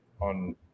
on